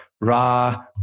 Ra